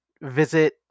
visit